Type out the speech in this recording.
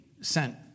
sent